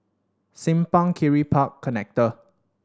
Simpang Kiri Park Connector